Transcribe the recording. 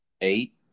eight